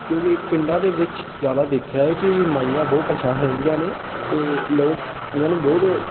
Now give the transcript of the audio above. ਕਿਉਂਕਿ ਪਿੰਡਾਂ ਦੇ ਵਿੱਚ ਜ਼ਿਆਦਾ ਦੇਖਿਆ ਹੈ ਕਿ ਮਾਈਆਂ ਬਹੁਤ ਪਰੇਸ਼ਾਨ ਰਹਿੰਦੀਆਂ ਨੇ ਅਤੇ ਲੋਕ ਇਹਨਾਂ ਨੂੰ ਬਹੁਤ